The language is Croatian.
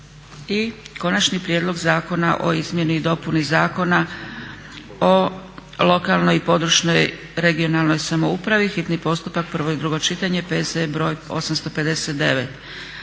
- Konačni prijedlog Zakona o izmjeni i dopuni Zakona o lokalnoj i područnoj (regionalnoj) samoupravi, hitni postupak, prvo i drugo čitanje, P.Z.BR.859.